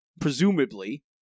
presumably